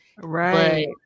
Right